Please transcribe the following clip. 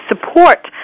support